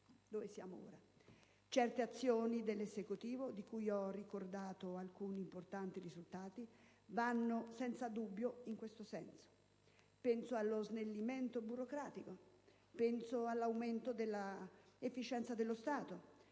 Certe azioni dell'Esecutivo, di cui ho ricordato alcuni importanti risultati, vanno senza dubbio in questa direzione: penso allo snellimento burocratico, all'aumento dell'efficienza dello Stato,